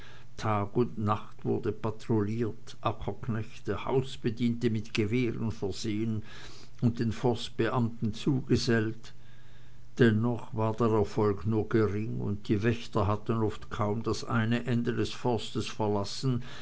tag und nacht wurde patrolliert ackerknechte hausbediente mit gewehren versehen und den forstbeamten zugesellt dennoch war der erfolg nur gering und die wächter hatten oft kaum das eine ende des forstes verlassen